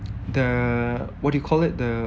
the what do you call it the